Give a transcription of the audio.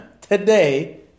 today